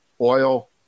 oil